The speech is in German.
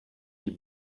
die